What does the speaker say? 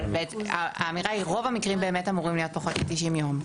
אבל האמירה היא רוב המקרים באמת אמורים להיות פחות מ-90 יום.